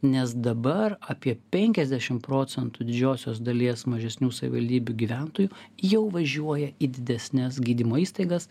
nes dabar apie penkiasdešim procentų didžiosios dalies mažesnių savivaldybių gyventojų jau važiuoja į didesnes gydymo įstaigas